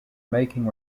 making